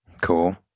cool